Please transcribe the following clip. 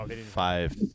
five